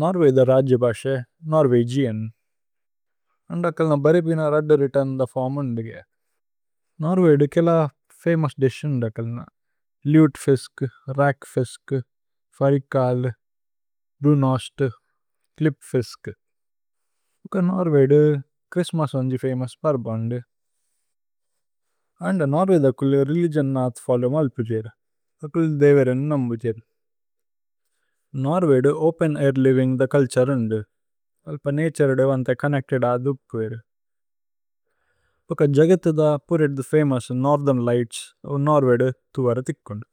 നോര്വേഗ് രജ്പസേ, നോര്വേഗിജന്। അന്ദ കല്ന ബരേ പിന രദ്ദു രിതന്ദ ഫോര്മു ന്ദിഗേ। നോര്വേഗ് കേല ഫമോസ് ദിസു ന്ദകല്ന। ല്ജുത്ഫിസ്ക്, രക്ഫിസ്ക്, ഫരികല്, ബ്രുനോസ്ത്, ക്ലിപ്ഫിസ്ക്। ഉക്ക നോര്വേഗ്, ക്രിസ്ത്മസ് ഓന്ദ്ജി ഫമോസ് പര്ബന്ദു। അന്ദ നോര്വേഗ്ദ കുല്ലു രേലിഗിഓന്ന അഥ്ഫലുമല് പുജേര്। അ കുല്ലു ദേവരിന്നമ് പുജേര്। നോര്വേഗ്ദു ഓപേന്-ഐര് ലിവിന്ഗ്ദ കല്ത്സര് ഓന്ദ്ജു। അല്പ നതുരേ ദു വന്തേ ചോന്നേച്തേദ് അഥു പുജേര്। ഉക്ക ജഗതിദ പുരിദ്ദു ഫമോസ് നോര്ഥേര്ന് ലിഘ്ത്സ്। നോര്വേഗ്ദു തുവരത് ഇക്കോന്ദു।